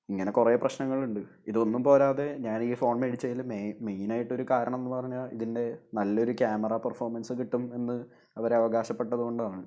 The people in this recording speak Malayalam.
ഇങ്ങനെ കുറേ പ്രശ്നങ്ങളുണ്ട് ഇതൊന്നും പോരാതെ ഞാൻ ഈ ഫോൺ മേടിച്ചേൽ മെയിൻ മെയിനായിട്ട് ഒരു കാരണം എന്ന് പറഞ്ഞാൽ ഇതിൻ്റെ നല്ല ഒരു ക്യാമറ പെർഫോമൻസ് കിട്ടും എന്ന് അവർ അവകാശപ്പെട്ടത് കൊണ്ടാണ്